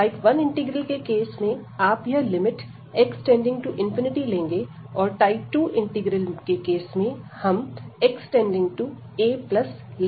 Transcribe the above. type 1 integral के case में आप यह लिमिट x→∞ लेंगे और टाइप 2 इंटीग्रल के केस में हम x→a लिमिट लेंगे